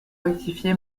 rectifié